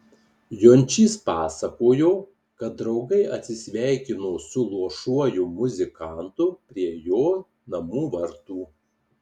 jončys pasakojo kad draugai atsisveikino su luošuoju muzikantu prie jo namų vartų